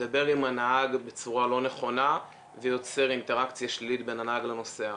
מדבר עם הנהג בצורה לא נכונה ויוצר אינטראקציה שלילית בין הנהג לנוסע.